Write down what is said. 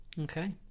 Okay